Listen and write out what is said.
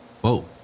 whoa